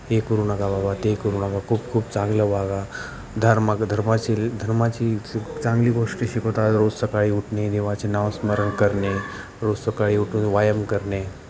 हे करू नका बाबा ते करू नका खूप खूप चांगलं वागा धर्म धर्माची धर्माची चांगली गोष्टी शिकवतात रोज सकाळी उठणे देवाचे नावस्मरण करणे रोज सकाळी उठून व्यायाम करणे